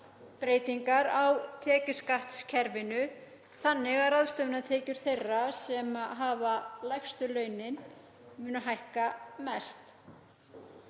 breytingar á tekjuskattskerfinu þannig að ráðstöfunartekjur þeirra sem hafa lægstu launin munu hækka mest.